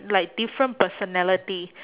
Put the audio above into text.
like different personality